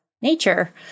nature